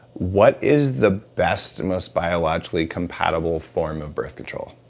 what is the best, and most biologically compatible form of birth control?